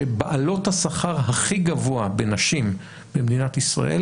שבעלות השכר הכי גבוה בנשים במדינת ישראל